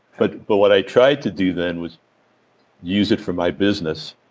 but but what i tried to do then was use it for my business,